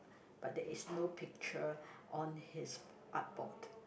but there is no picture on his art board